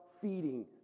feeding